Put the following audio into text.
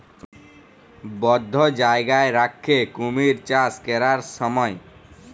বধ্য জায়গায় রাখ্যে কুমির চাষ ক্যরার স্যময়